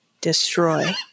destroy